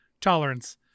tolerance